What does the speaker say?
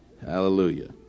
Hallelujah